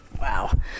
Wow